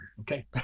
Okay